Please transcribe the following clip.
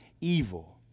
evil